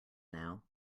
now